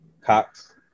Cox